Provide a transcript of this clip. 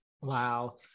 Wow